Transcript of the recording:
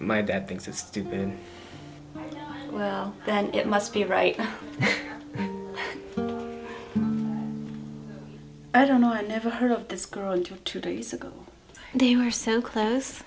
my dad thinks it's stupid well then it must be right i don't know i never heard of this girl until two days ago they were so close